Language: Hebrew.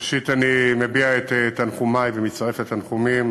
ראשית, אני מביע את תנחומי ומצטרף לתנחומים